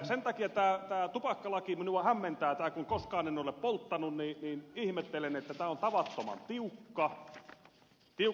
sen takia tämä tupakkalaki minua hämmentää tai kun koskaan en ole polttanut niin ihmettelen sitä että tämä on tavattoman tiukka